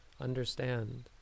Understand